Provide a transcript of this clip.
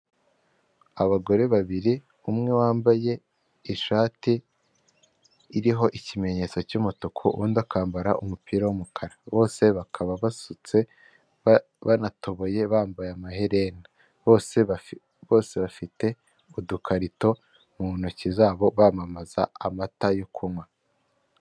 Abagore babiri umwe wambaye ishati iriho ikimenyetso cy'umutuku undi akambara umupira w'umukara bose bakaba basutse banatoboye bambaye amaherena bose bafite udukarito mu ntoki zabo bamamaza amata yo kunywa .